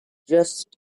just